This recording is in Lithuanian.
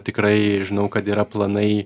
tikrai žinau kad yra planai